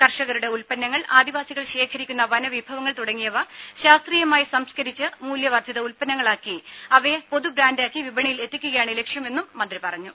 കർഷകരുടെ ഉൽപന്നങ്ങൾ ആദിവാസികൾ ശേഖരിക്കുന്ന വനവിഭവങ്ങൾ തുടങ്ങിയവ ശാസ്ത്രീയമായി സംസ്കരിച്ച് മൂല്യ വർദ്ധിത ഉൽപ്പന്നങ്ങളാക്കി അവയെ പൊതു ബ്രാന്റാക്കി വിപണിയിൽ എത്തിക്കുകയാണ് ലക്ഷ്യമെന്നും മന്ത്രി പറഞ്ഞു